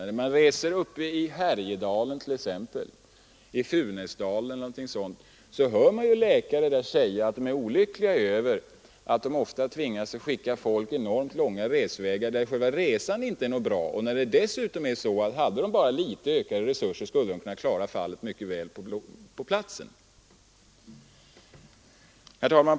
Då man reser uppe i Härjedalen, exempelvis i Funäsdalen, hör man läkare där säga att de är olyckliga över att de ofta tvingas skicka folk enormt långa resvägar; själva resan kanske inte är bra för patienten, och dessutom skulle de — med endast litet ökade resurser — mycket väl kunna klara fallet på platsen. Herr talman!